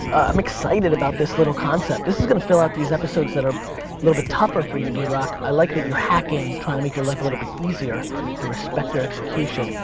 i'm excited about this little concept. this is gonna fill out these episodes that are a little bit tougher for you, drock. i like that you're hacking trying to make your life a little bit easier i respect your execution.